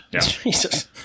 Jesus